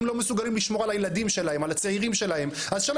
אם הם לא מסוגלים לשמור על הילדים שלהם והצעירים שלהם,